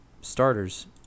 starters